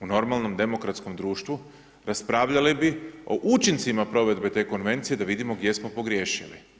U normalnom demokratskom društvu raspravljali bi o učincima provedbe te konvencije da vidimo gdje smo pogriješili.